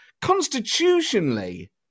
Constitutionally